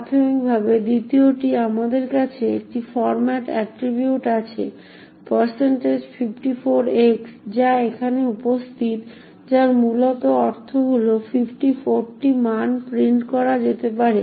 প্রাথমিকভাবে দ্বিতীয়টি আমাদের কাছে একটি ফরম্যাট অ্যাট্রিবিউট আছে 54x যা এখানে উপস্থিত যার মূলত অর্থ হল 54টি মান প্রিন্ট করা যেতে পারে